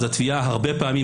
אז התביעה הרבה פעמים,